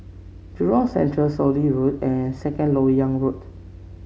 Jurong Central Soon Lee Road and Second LoK Yang Road